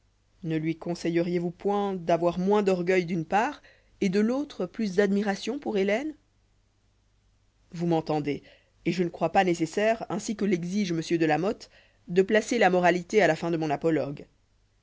ne lui conseilleriez vous point d'avoir moins d'orgueil d'une part et dé l'autre plus d'admiration pour hélène vous inentendez et je ne crois pas nécessaire ainsi que l'exige m de la motte de placer la moralité là la fin de mon apologue